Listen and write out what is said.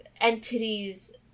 entities